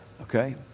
okay